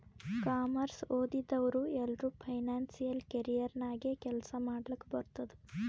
commerce ಓದಿದವ್ರು ಎಲ್ಲರೂ financial career ನಾಗೆ ಕೆಲ್ಸಾ ಮಾಡ್ಲಕ್ ಬರ್ತುದ್